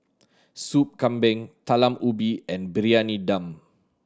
Soup Kambing Talam Ubi and Briyani Dum